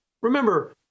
remember